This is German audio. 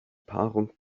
paarung